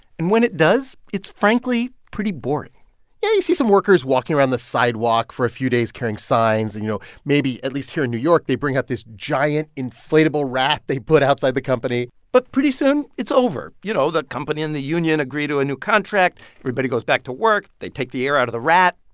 and when it does, it's frankly pretty boring yeah, you see some workers walking around the sidewalk for a few days carrying signs. and, you know, maybe, at least here in new york, they bring out this giant inflatable rat they put outside the company but pretty soon it's over. you know, the company and the union agree to a new contract. everybody goes back to work. they take the air out of the rat.